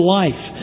life